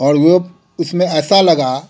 और वह उसमें ऐसा लगा